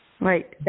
Right